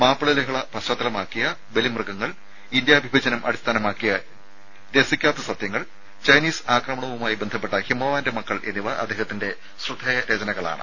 മാപ്പിള ലഹള പശ്ചാത്തലമാക്കിയ ബലിമൃഗങ്ങൾ ഇന്ത്യ വിഭജനം അടിസ്ഥാനമാക്കിയ രസിക്കാത്ത സത്യങ്ങൾ ചൈനീസ് ആക്രമണവുമായി ബന്ധപ്പെട്ട ഹിമവാന്റെ മക്കൾ എന്നിവ അദ്ദേഹത്തിന്റെ ശ്രദ്ധേയ രചനകളാണ്